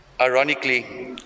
ironically